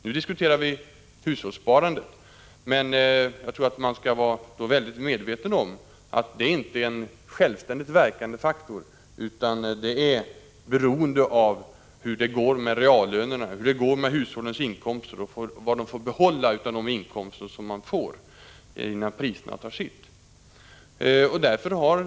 Nu diskuterar vi visserligen hushållssparandet, men jag tror att man skall vara mycket medveten om att detta inte är en självständigt verkande faktor. Hushållssparandet är beroende av hur det går med reallönerna, hur det går med hushållens inkomster och hur mycket hushållen får behålla av sina inkomster sedan prisökningarna tagit sitt.